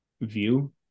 view